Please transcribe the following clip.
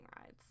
rides